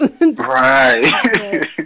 Right